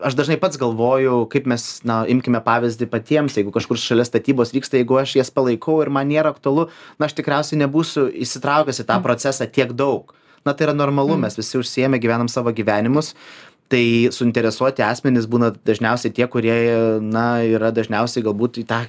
aš dažnai pats galvoju kaip mes na imkime pavyzdį patiems jeigu kažkur šalia statybos vyksta jeigu aš jas palaikau ir man nėra aktualu na aš tikriausiai nebūsiu įsitraukęs į tą procesą tiek daug na tai yra normalu mes visi užsiėmę gyvenam savo gyvenimus tai suinteresuoti asmenys būna dažniausiai tie kurie na yra dažniausiai galbūt į tą negatyvo pusę